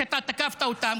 שאתה תקפת אותם,